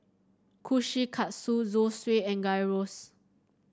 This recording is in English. Kushikatsu Zosui and Gyros